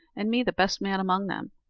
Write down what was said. and me the best man among them?